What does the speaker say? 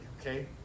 okay